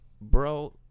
bro